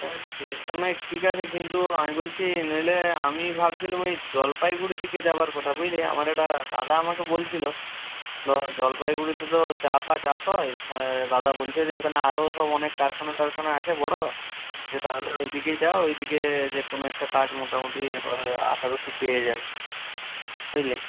হ্যাঁ সে তো নয় ঠিক আছে কিন্তু আমি বলছি নইলে আমি ভাবছিলাম ওই জলপাইগুড়ির দিকে যাওয়ার কথা বুঝলি আমার একটা দাদা আমাকে বলছিলো জলপাইগুড়িতে তো চা ফা চাষ হয় দাদা বলছে যে ওখানে আরও সব অনেক কারখানা টারখানা আছে বড়ো যে তাহলে ওইদিকেই যাও ওইদিকে যে কোন একটা কাজ মোটামুটি আশা করছি পেয়ে যাবে বুঝলি